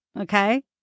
okay